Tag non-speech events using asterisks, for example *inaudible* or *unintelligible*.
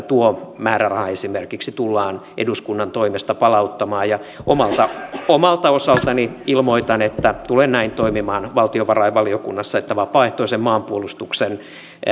*unintelligible* tuo määräraha esimerkiksi tullaan eduskunnan toimesta palauttamaan omalta osaltani ilmoitan että tulen näin toimimaan valtiovarainvaliokunnassa että vapaaehtoisen maanpuolustuksen